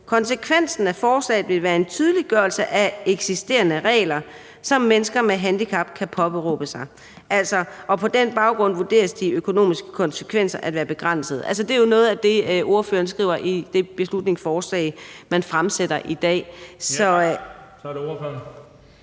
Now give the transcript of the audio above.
»Konsekvensen af forslaget vil være en tydeliggørelse af eksisterende regler, som mennesker med handicap kan påberåbe sig. På den baggrund vurderes de økonomiske konsekvenser at være begrænsede.« Det er jo noget af det, ordføreren skriver i det beslutningsforslag, man har fremsat, og som vi behandler